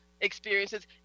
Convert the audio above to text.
experiences